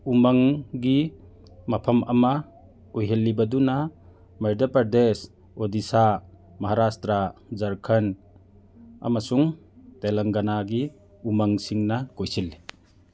ꯎꯃꯪꯒꯤ ꯃꯐꯝ ꯑꯃ ꯑꯣꯏꯍꯜꯂꯤꯕꯗꯨꯅ ꯃꯩꯗ꯭ꯌꯥ ꯄ꯭ꯔꯗꯦꯁ ꯑꯣꯗꯤꯁꯥ ꯃꯍꯥꯔꯥꯁꯇ꯭ꯔꯥ ꯖꯔꯈꯟ ꯑꯃꯁꯨꯡ ꯇꯦꯂꯪꯒꯅꯥꯒꯤ ꯎꯃꯪꯁꯤꯡꯅ ꯀꯣꯏꯁꯤꯜꯂꯤ